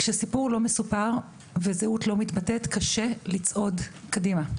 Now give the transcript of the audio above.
כשסיפור לא מסופר וזהות לא מתבטאת קשה לצעוד קדימה.